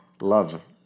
love